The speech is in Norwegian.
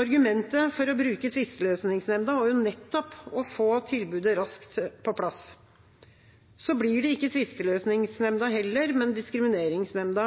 Argumentet for å bruke tvisteløsningsnemnda var jo nettopp å få tilbudet raskt på plass. Så blir det ikke tvisteløsningsnemnda heller, men diskrimineringsnemnda.